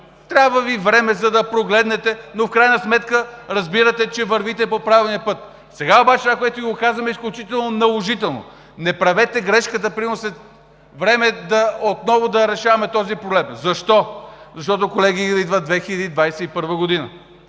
трябва Ви време, за да прогледнете, но в крайна сметка разбирате, че вървите по правилния път! Сега обаче това, което Ви казвам, е изключително наложително! Не правете грешката – примерно след време отново да решаваме този проблем. Защо? Защото, колеги, идва 2021 г.,